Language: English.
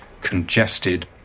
congested